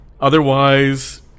Otherwise